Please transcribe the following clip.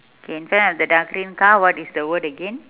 okay in front of the dark green car what is the word again